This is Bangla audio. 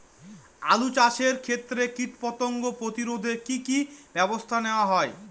আলু চাষের ক্ষত্রে কীটপতঙ্গ প্রতিরোধে কি কী ব্যবস্থা নেওয়া হয়?